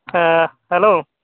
ᱦᱮᱸ ᱦᱮᱞᱳ